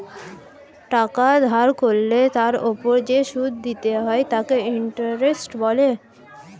টাকা ধার করলে তার ওপর যে সুদ দিতে হয় তাকে ইন্টারেস্ট বলে